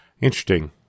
Interesting